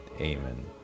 amen